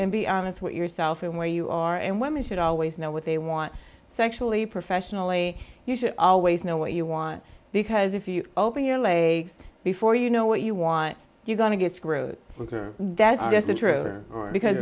and be honest with yourself and where you are and women should always know what they want sexually professionally you should always know what you want because if you open your legs before you know what you want you got to get screwed because that's just the truth because